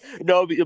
no